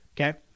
Okay